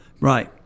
Right